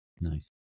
Nice